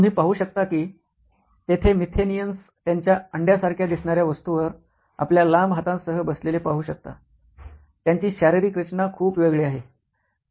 तुम्ही पाहू शकता कि तेथे मिथेन्सियस त्यांच्या अंड्या सारख्या दिसणाऱ्या वस्तूवर आपल्या लांब हातांसह बसलेले पाहू शकता त्यांची शारीरिक रचना खूप वेगळी आहे